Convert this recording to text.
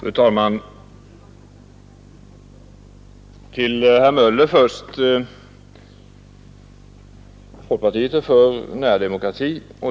Fru talman! Herr Möller i Göteborg säger att folkpartiet är för närdemokrati.